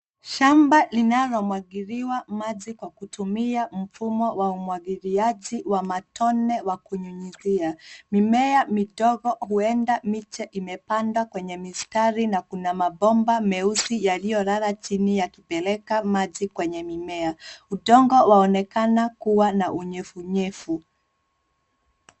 Shamba linalomwagiliwa maji kwa kutumia mfumo wa umwagiliaji wa matone wa kunyunyuzia. Mimea midogo huenda miche imapandwa kwenye mistari na kuna mabomba meusi yaliyolala chini yakipeleka maji kwenye mimea. Udongo waonekana kuwa na unyevunyevu.